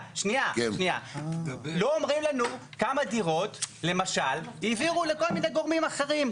לא אומרים לנו כמה דירות למשל העבירו לכל מיני גורמים אחרים,